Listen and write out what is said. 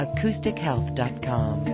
AcousticHealth.com